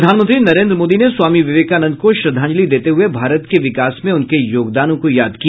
प्रधानमंत्री नरेंद्र मोदी ने स्वामी विवेकानंद को श्रद्वाजंलि देते हुये भारत के विकास में उनके योगदानों को याद किया